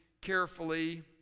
carefully